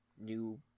new